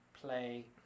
play